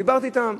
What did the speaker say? דיברתי אתם.